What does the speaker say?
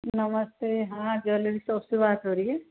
नमस्ते हाँ jewellery shop से बात हो रही है